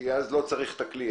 כי אז כבר לא צריך את הכלי.